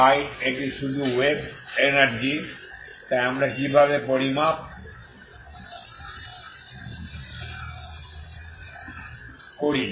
তাই এটি শুধু ওয়েভ শক্তি তাই আমরা কিভাবে পরিমাপ করি